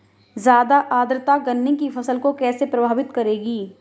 ज़्यादा आर्द्रता गन्ने की फसल को कैसे प्रभावित करेगी?